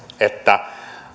että